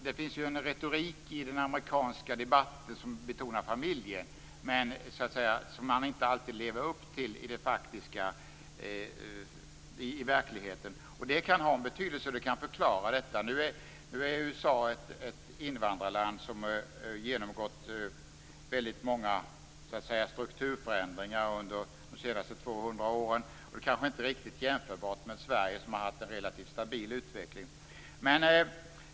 Det finns en retorik i den amerikanska debatten som betonar familjen, men man lever inte alltid upp till detta i verkligheten. Det kan ha en betydelse, och det kan förklara detta. USA är också ett invandrarland som har genomgått väldigt många strukturförändringar under de senaste 200 åren. Det kanske inte riktigt är jämförbart med Sverige, som haft en relativt stabil utveckling.